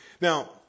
Now